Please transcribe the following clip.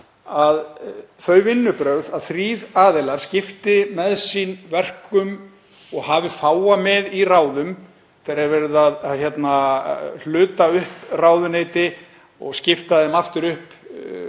þau vinnubrögð að þrír aðilar skipti með sér verkum og hafi fáa með í ráðum þegar er verið að hluta niður ráðuneyti og skipta þeim aftur upp